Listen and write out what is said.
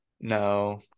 No